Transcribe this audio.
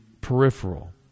peripheral